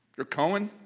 you're cohen?